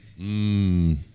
Mmm